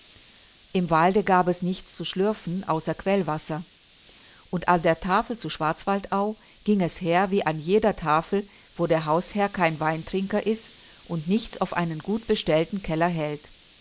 im walde gab es nichts zu schlürfen außer quellwasser und an der tafel zu schwarzwaldau ging es her wie an jeder tafel wo der hausherr kein weintrinker ist und nichts auf einen gut bestellten keller hält